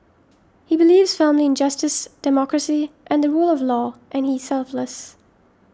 he believes firmly in justice democracy and the rule of law and he is selfless